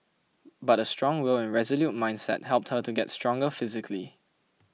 but a strong will and resolute mindset helped her to get stronger physically